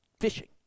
fishing